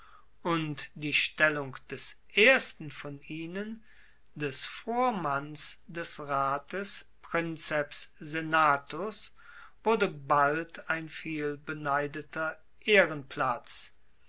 und die stellung des ersten von ihnen des vormanns des rates princeps senatus wurde bald ein vielbeneideter ehrenplatz